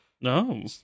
no